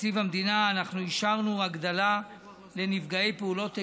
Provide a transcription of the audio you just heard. תקציב המדינה אנחנו אישרנו הגדלה לנפגעי פעולות איבה,